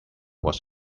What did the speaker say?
was